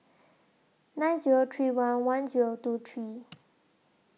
nine Zero three one one Zero two three